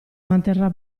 manterrà